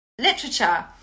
literature